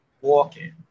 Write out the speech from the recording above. walking